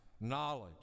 knowledge